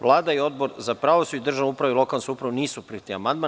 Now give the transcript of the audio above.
Vlada i Odbor za pravosuđe i državnu upravu i lokalnu samoupravu nisu prihvatili amandman.